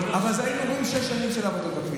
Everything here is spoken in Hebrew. אבל אז היינו רואים שש שנים של עבודות בכביש.